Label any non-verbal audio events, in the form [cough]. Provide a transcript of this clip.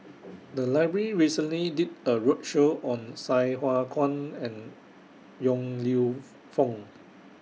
[noise] The Library recently did A roadshow on Sai Hua Kuan and Yong Lew Foong